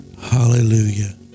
hallelujah